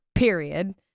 period